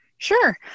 Sure